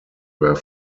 were